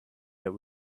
that